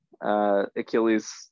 Achilles